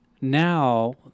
now